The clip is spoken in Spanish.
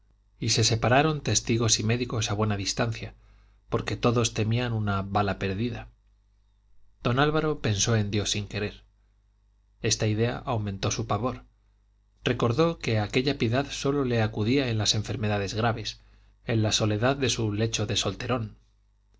y se separaron testigos y médicos a buena distancia porque todos temían una bala perdida don álvaro pensó en dios sin querer esta idea aumentó su pavor recordó que aquella piedad sólo le acudía en las enfermedades graves en la soledad de su lecho de solterón